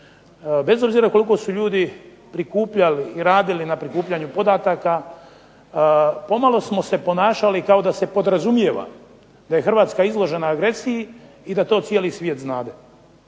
Bez obzira koliko su ljudi prikupljali i radili na prikupljanju podataka pomalo smo se ponašali kao da se podrazumijeva da je Hrvatska izložena agresiji i da to cijeli svijet znade.